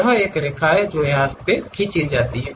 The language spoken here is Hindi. यह एक रेखा खींचता है